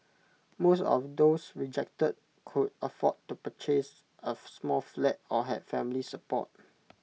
most of those rejected could afford to purchase of small flat or had family support